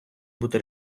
бути